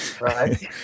right